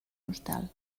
hostal